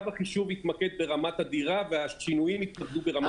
החישוב יתמקד ברמת הדירה והשינויים יתמקדו ברמת הדירה